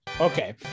Okay